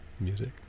music